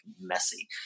messy